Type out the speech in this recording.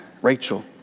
Rachel